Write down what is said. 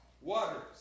waters